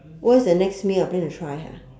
what's the next meal I'm planning to try ha